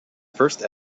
first